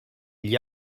gli